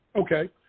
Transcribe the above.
Okay